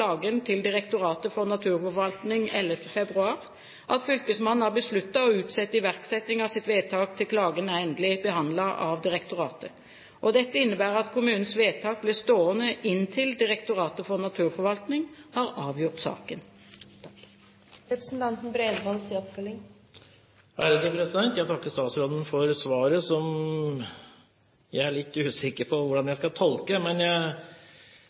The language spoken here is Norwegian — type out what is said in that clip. til Direktoratet for naturforvaltning 11. februar at fylkesmannen har besluttet å utsette iverksetting av sitt vedtak til klagen er endelig behandlet av direktoratet. Dette innebærer at kommunens vedtak blir stående inntil Direktoratet for naturforvaltning har avgjort saken. Jeg takker statsråden for svaret, som jeg er litt usikker på hvordan jeg skal tolke.